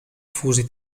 fusi